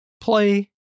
play